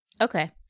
Okay